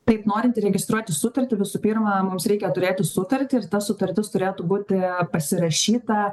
taip norint įregistruoti sutartį visų pirma mums reikia turėti sutartį ir ta sutartis turėtų būti pasirašyta